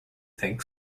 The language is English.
think